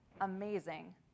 amazing